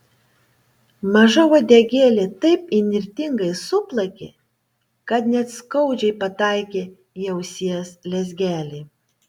maža uodegėlė taip įnirtingai suplakė kad net skaudžiai pataikė į ausies lezgelį